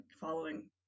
following